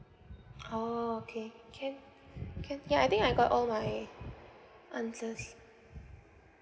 orh okay can can ya I think I got all my answers